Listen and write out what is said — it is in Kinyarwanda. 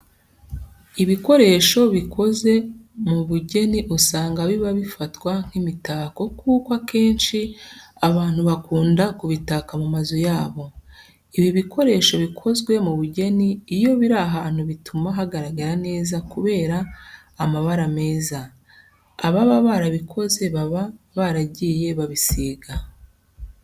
Ibikoresho bikoze mu bigeni usanga biba bifatwa nk'imitako kuko akenshi abantu bakunda kubitaka mu mazu yabo. Ibi bikoresho bikozwe mu bugeni iyo biri ahantu bituma hagaragara neza kubera amabara meza, ababa barabikoze baba baragiye babisiga.